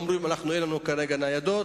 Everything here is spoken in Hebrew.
אומרים: אין לנו כרגע ניידות,